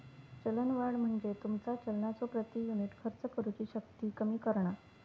चलनवाढ म्हणजे तुमचा चलनाचो प्रति युनिट खर्च करुची शक्ती कमी करणा